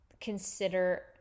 consider